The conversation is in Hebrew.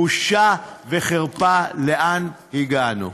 בושה וחרפה לאן הגענו.